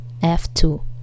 f2